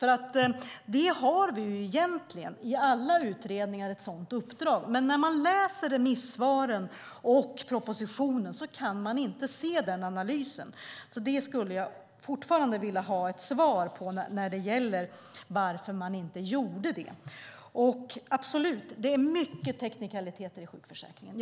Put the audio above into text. Egentligen har vi i alla utredningar ett sådant uppdrag, men när man läser remissvaren och propositionen kan man inte se den analysen. Jag skulle alltså vilja ha ett svar på varför man inte gjorde det. Absolut, det finns mycket teknikaliteter i sjukförsäkringen.